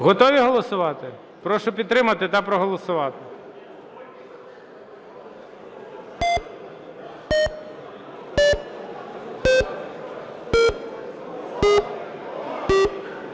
Готові голосувати? Прошу підтримати та проголосувати.